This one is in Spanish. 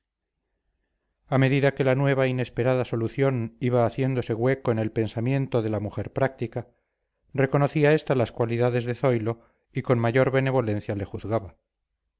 a medida que la nueva inesperada solución iba haciéndose hueco en el pensamiento de la mujer práctica reconocía esta las cualidades de zoilo y con mayor benevolencia le juzgaba